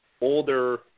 older